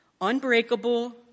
unbreakable